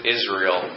Israel